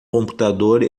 computador